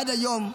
עד היום,